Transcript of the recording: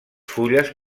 fulles